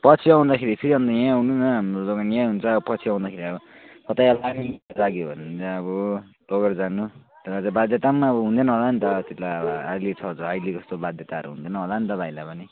पछि आउँदाखेरि फेरि अन्त यही आउनु न हाम्रो दोकान यही हुन्छ पछि आउदाखेरि अब कतै अब लाने इच्छा जाग्यो भने चाहिँ अब लगेर जानु र बाध्यता पनि अब हुँदैन होला नि त त्यतिबेला अब अहिले छ जो अहिलेको जस्तो त बाध्यताहरू हुँदैन होला नि त भाइलाई पनि